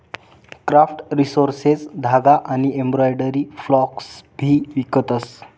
craft resources धागा आनी embroidery floss भी इकतस